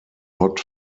not